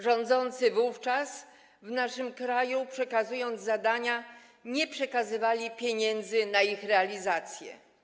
Rządzący wówczas w naszym kraju, przekazując zadania, nie przekazywali pieniędzy na ich realizację.